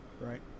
Right